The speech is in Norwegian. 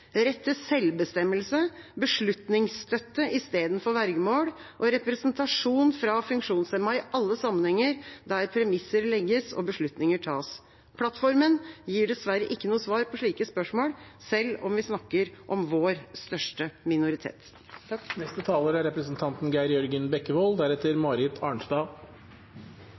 rett til selvbestemmelse, beslutningsstøtte istedenfor vergemål og representasjon fra funksjonshemmede i alle sammenhenger der premisser legges og beslutninger tas. Plattformen gir dessverre ikke noe svar på slike spørsmål, selv om vi snakker om vår største minoritet. Det er